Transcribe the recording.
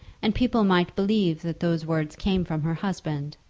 and people might believe that those words came from her husband,